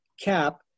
cap